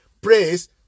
praise